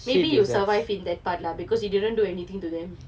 maybe you survive in that part lah because you didn't do anything to them